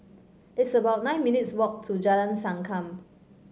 it's about nine minutes' walk to Jalan Sankam